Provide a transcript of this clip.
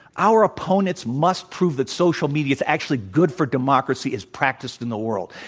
our opponents must prove that social media is actually good for democracy as practiced in the world,